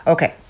Okay